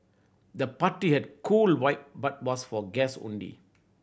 the party had cool vibe but was for guest only